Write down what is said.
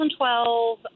2012